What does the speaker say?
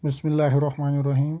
بِسمہ اللہ الرحمٰن الرحیٖم